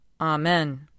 Amen